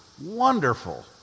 Wonderful